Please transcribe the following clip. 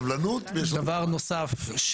דבר נוסף,